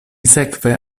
sekve